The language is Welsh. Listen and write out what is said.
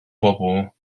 bobl